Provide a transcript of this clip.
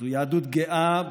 זו יהדות גאה,